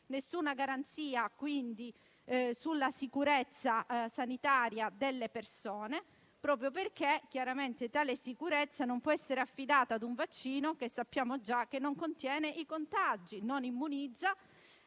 alcuna garanzia sulla sicurezza sanitaria delle persone, proprio perché chiaramente tale sicurezza non può essere affidata a un vaccino che - sappiamo già - non contiene i contagi, non immunizza